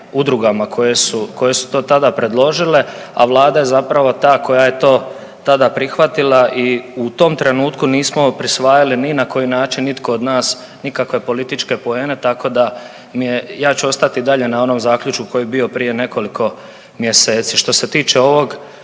su, koje su to tada predložile, a vlada je zapravo ta koja je to tada prihvatila i u tom trenutku nismo prisvajali ni na koji način nitko od nas nikakve političke poene tako da mi je, ja ću ostati i dalje na onom zaključku koji je bio prije nekoliko mjeseci. Što se tiče ovog